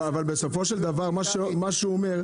אבל בסופו של דבר מה שהוא אומר,